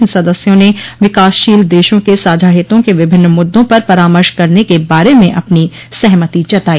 इन सदस्यों ने विकासशील देशों के साझा हितों के विभिन्न मुद्दों पर परामर्श करने के बारे में अपनी सहमति जताई